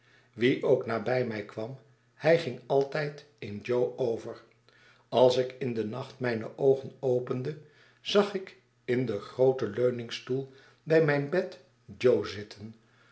wie ook nabij mij kwam hij ging altijd in jo over als ik in den nacht mijne oogen opende zag ik in den grooten leuningstoel bij mijn bed jo zitten